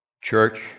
Church